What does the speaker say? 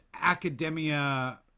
academia